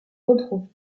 retrouve